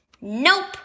Nope